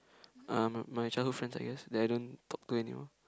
um my childhood friends I guess that I don't talk to anymore